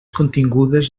contingudes